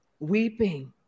Weeping